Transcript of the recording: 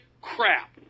crap